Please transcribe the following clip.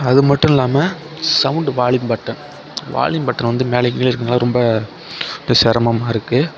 அதுமட்டும் இல்லாமல் sound volume button volume button வந்து மேலேயும் கீழேயும் இருக்கிறதுனால ரொம்ப வந்து சிரமமாக இருக்கு